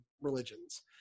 religions